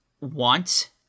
want